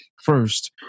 First